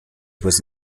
was